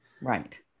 Right